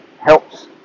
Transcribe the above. helps